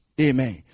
Amen